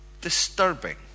disturbing